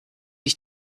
ich